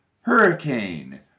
Hurricane